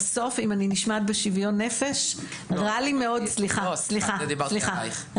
בסוף אם אני נשמעת בשוויון נפש רע לי מאוד סליחה סליחה סליחה,